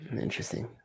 Interesting